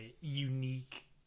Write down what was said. unique